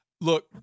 Look